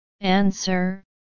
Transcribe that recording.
Answer